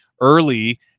early